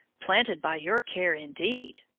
planted by your care, indeed!